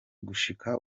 gushika